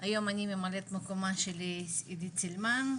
היום אני ממלאת מקומה של עידית סילמן,